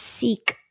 seek